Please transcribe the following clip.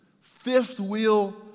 fifth-wheel